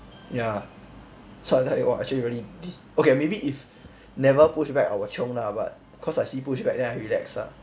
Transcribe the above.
ya so I tell you !wah! actually really this okay maybe if never push back I will chiong lah but cause I see push back then I relax ah